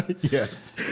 Yes